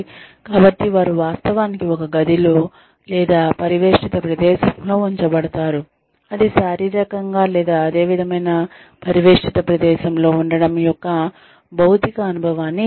కాబట్టి వారు వాస్తవానికి ఒక గదిలో లేదా పరివేష్టిత ప్రదేశంలో ఉంచబడతారు అది శారీరకంగా లేదా అదే విధమైన పరివేష్టిత ప్రదేశంలో ఉండటం యొక్క భౌతిక అనుభవాన్ని ఇస్తుంది